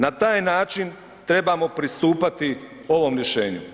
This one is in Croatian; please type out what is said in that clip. Na taj način trebamo pristupati ovom rješenju.